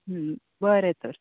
बरें तर